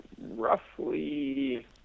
roughly